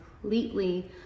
completely